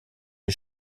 des